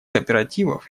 кооперативов